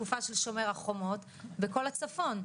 בתקופה של שומר החומות בכל הצפון,